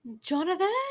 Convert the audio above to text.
Jonathan